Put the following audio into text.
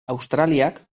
australiak